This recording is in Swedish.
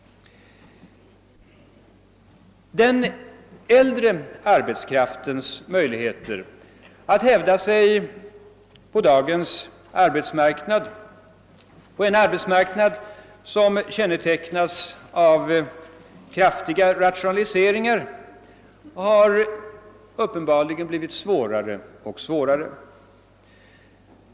Den äldre arbetskraftens möjligheter att hävda sig på dagens arbetsmarknad, som kännetecknas av kraftiga rationaliseringar, har uppenbarligen blivit mindre och mindre.